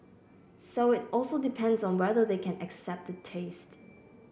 so it also depends on whether they can accept the taste